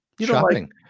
Shopping